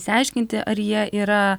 išsiaiškinti ar jie yra